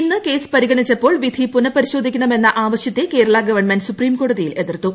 ഇന്ന് കേസ് പരിഗണിച്ചപ്പോൾ വിധി പുനഃപരിശോധിക്കണമെന്ന ആവശ്യത്തെ കേരള ഗവണ്മെന്റ് സുപ്രീംകോടതിയിൽ എതിർത്തു